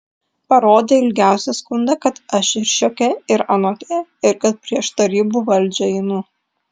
parodė ilgiausią skundą kad aš ir šiokia ir anokia ir kad prieš tarybų valdžią einu